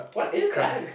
what is that